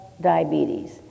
diabetes